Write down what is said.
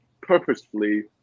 purposefully